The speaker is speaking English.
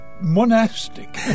monastic